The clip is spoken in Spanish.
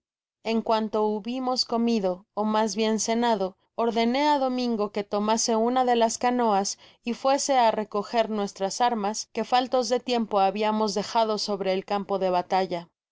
en cuanto hubimos comido ó mas bien cenado ordené á domingo que tomase una de las canoas y fuese á recoger nuestras armas que faltos de tiempo habiamos dejado sobre el campo de batalla